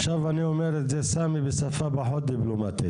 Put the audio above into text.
עכשיו אני אומר את זה סמי, בשפה פחות דיפלומטית.